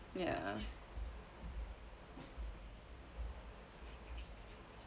ya